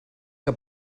que